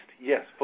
Yes